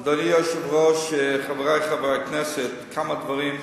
אדוני היושב-ראש, חברי חברי הכנסת, כמה דברים.